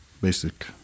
basic